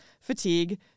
fatigue